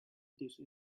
these